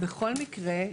בכל מקרה,